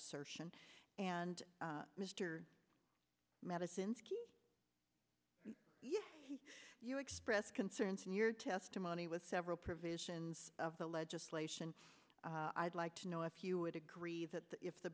assertion and mr madison's q yes you expressed concerns in your testimony with several provisions of the legislation i'd like to know if you would agree that if the